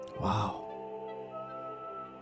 Wow